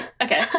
Okay